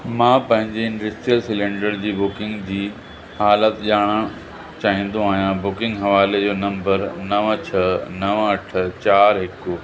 मां पंहिंजे industrial cylinder जी बुकिंग जी हालति ॼाणणु चाहींदो आहियां बुकिंग हवाले जो नम्बर नव छह नव अठ चारि हिकु